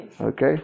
Okay